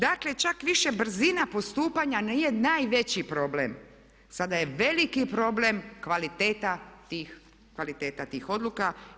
Čak više brzina postupanja nije najveći problem, sada je veliki problem kvaliteta tih odluka.